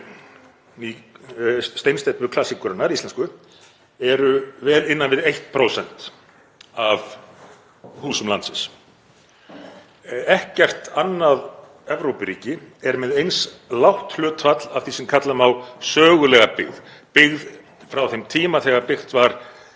steinsteypuklassíkurinnar íslensku eru vel innan við 1% af húsum landsins. Ekkert annað Evrópuríki er með eins lágt hlutfall af því sem kalla má sögulega byggð, byggð frá þeim tíma þegar byggt var